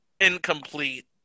incomplete